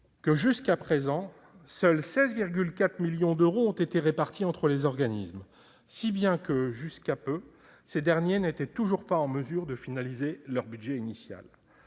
que, jusqu'à présent, seuls 16,4 millions d'euros ont été répartis entre les organismes, si bien que, jusqu'à peu, ces derniers n'étaient toujours pas en mesure de finaliser leur budget initial.